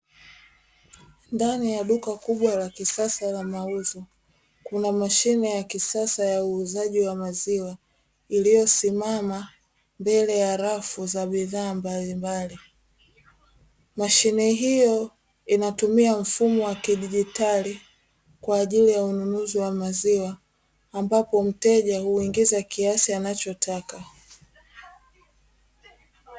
Ndani ya duka kubwa la kisasa la mauzo, kuna mashine ya kisasa ya uuzaji wa maziwa iliyosimama mbele ya rafu za bidhaa mbalimbali. Mashine hiyo inatumia mfumo wa kidijitali kwa ajili ya ununuzi wa maziwa, ambapo mteja huongeza kiasi anachotaka.